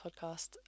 podcast